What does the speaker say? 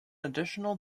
additional